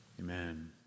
Amen